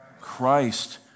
Christ